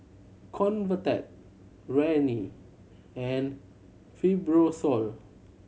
Convatec Rene and Fibrosol